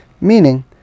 Meaning